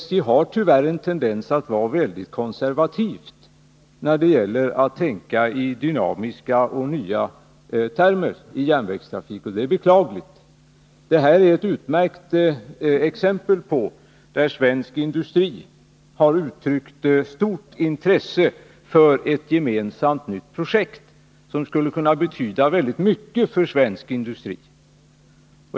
SJ har tyvärr en tendens att vara mycket konservativt och inte tänka dynamiskt och i nya banor när det gäller järnvägstrafik, och det är beklagligt. Svensk industri har uttryckt stort intresse för ett gemensamt nytt projekt, som skulle kunna betyda mycket för svensk industri.